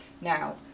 Now